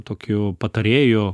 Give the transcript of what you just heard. tokių patarėjų